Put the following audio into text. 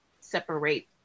separate